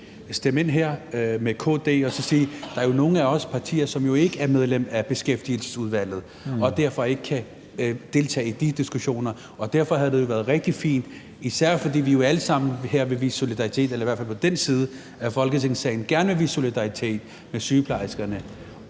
stemme ind her med KD og sige, at der jo er nogle af os partier, som ikke er medlem af Beskæftigelsesudvalget og derfor ikke kan deltage i de diskussioner. Derfor havde det være rigtig fint, især fordi vi jo i hvert fald i den side af Folketingssalen gerne vil vise solidaritet med sygeplejerskerne,